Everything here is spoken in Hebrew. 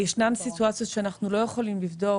ישנן סיטואציות שבהן אנחנו לא יכולים לבדוק,